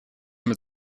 mit